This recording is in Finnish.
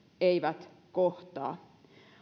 eivät kohtaa